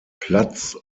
platz